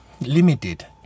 limited